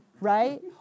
right